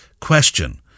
Question